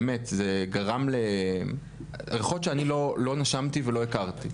באמת, זה גרם, ריחות שאני לא נשמתי ולא הכרתי.